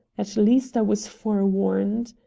at least i was forewarned.